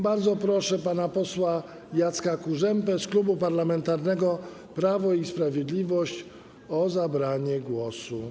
Bardzo proszę pana posła Jacka Kurzępę z Klubu Parlamentarnego Prawo i Sprawiedliwość o zabranie głosu.